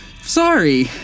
sorry